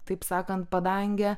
taip sakant padangę